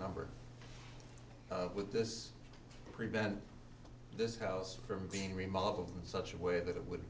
number of with this prevent this house from being remodeled such a way that it would